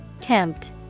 Tempt